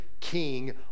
king